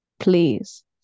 Please